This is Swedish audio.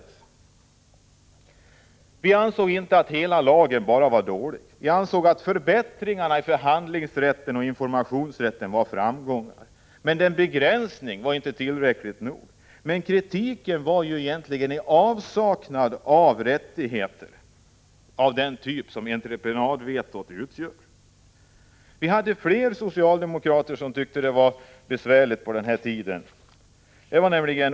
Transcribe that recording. Vi ansåg 1976 inte att hela lagen enbart var dålig. Vi ansåg att förbättringarna i fråga om förhandlingsrätten och informationsrätten innebar framgångar. Men det hela var inte tillräckligt. Kritiken gick egentligen ut på att de arbetande var i avsaknad av rättigheter av den typ som arbetsgivarnas entreprenadveto utgör. Det fanns flera socialdemokrater som tyckte att det var besvärligt på den här tiden.